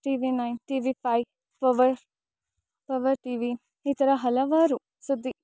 T V nine T V five power power T V ಇತರ ಹಲವಾರು ಸುದ್ದಿ